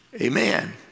Amen